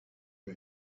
for